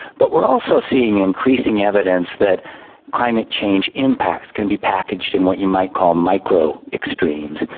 but we are also seeing increasing evidence that climate change impacts can be packaged in what you might call micro extremes,